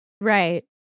right